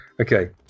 Okay